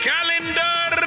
Calendar